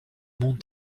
monde